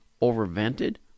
over-vented